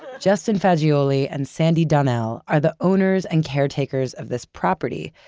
justin faggioli and sandy donnell are the owners and caretakers of this property,